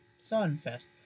Sunfest